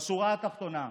בשורה התחתונה,